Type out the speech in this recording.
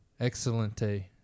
Excellente